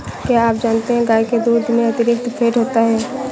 क्या आप जानते है गाय के दूध में अतिरिक्त फैट होता है